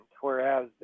Whereas